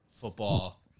football